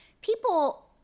people